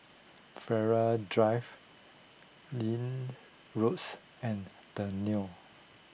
Flora Drive Lin Roads and the Leo